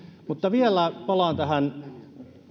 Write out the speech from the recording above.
vielä palaan tähän